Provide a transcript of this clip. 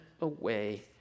away